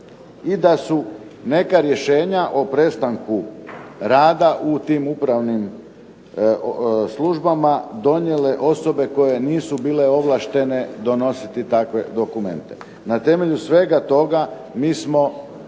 i da su neka rješenja o prestanku rada u tim upravnim službama donijele osobe koje nisu bile ovlaštene donositi takve dokumente. Na temelju svega toga mi smo